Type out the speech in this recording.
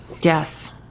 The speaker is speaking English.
Yes